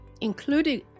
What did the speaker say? including